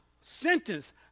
sentence